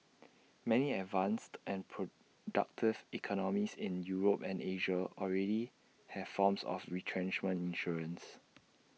many advanced and productive economies in Europe and Asia already have forms of retrenchment insurance